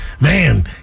man